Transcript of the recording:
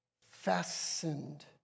fastened